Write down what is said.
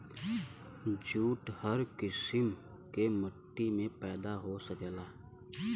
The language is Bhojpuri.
जूट हर किसिम के मट्टी में पैदा हो सकला